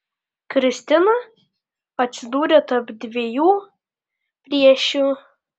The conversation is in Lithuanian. kristina atsidūrė tarp dviejų priešių